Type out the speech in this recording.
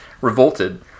revolted